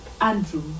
Andrew